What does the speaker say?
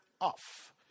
off